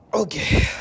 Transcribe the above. Okay